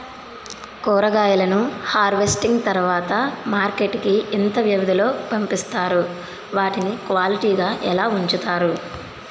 కూరగాయలను హార్వెస్టింగ్ తర్వాత మార్కెట్ కి ఇంత వ్యవది లొ పంపిస్తారు? వాటిని క్వాలిటీ గా ఎలా వుంచుతారు?